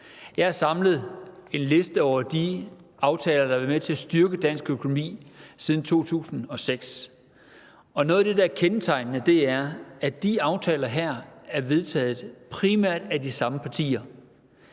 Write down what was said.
Jeg har samlet en liste over de aftaler, der har været med til at styrke dansk økonomi siden 2006, og noget af det, der er kendetegnende ved det, er, at de her aftaler primært er vedtaget af de samme partier.